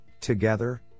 together